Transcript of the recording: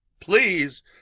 please